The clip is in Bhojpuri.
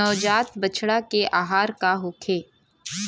नवजात बछड़ा के आहार का होखे?